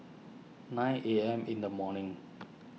nine A M in the morning